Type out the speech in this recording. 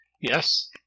Yes